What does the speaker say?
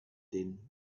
then